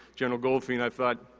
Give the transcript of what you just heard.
general goldfein, and i thought,